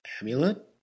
amulet